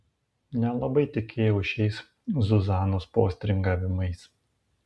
nelabai tikėjau šiais zuzanos postringavimais